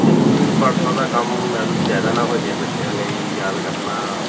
ਤਿੰਨ ਪਾਠਾਂ ਦਾ ਕੰਮ ਮੈਡਮ ਜ਼ਿਆਦਾ ਨਾ ਹੋ ਜੇ ਬੱਚਿਆਂ ਲਈ ਯਾਦ ਕਰਨਾ